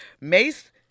mace